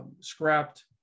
scrapped